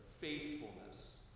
faithfulness